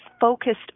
focused